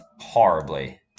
horribly